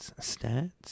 Stats